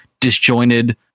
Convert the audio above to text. disjointed